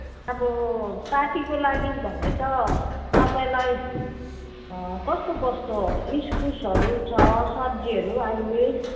अब पार्टीको लागि भने त तपाईँलाई कस्तो कस्तो इस्कुसहरू छ सब्जीहरू अहिले